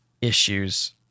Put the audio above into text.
issues